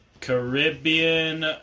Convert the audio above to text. Caribbean